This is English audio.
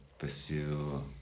Pursue